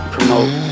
Promote